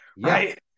Right